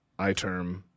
iterm